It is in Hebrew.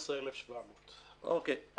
11,700. אוקיי.